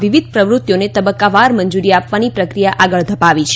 વિવિધ પ્રવૃત્તિઓને તબક્કાવાર મંજૂરી આપવાની પ્રક્રિયા આગળ ધપાવી છે